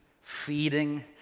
feeding